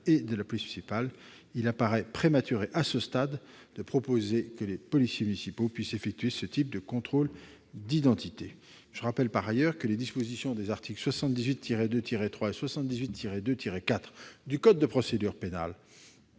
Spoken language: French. et de la police municipale, il paraît prématuré de proposer que des policiers municipaux puissent effectuer des contrôles d'identité. Par ailleurs, les dispositions des articles 78-2-3 et 78-2-4 du code de procédure pénale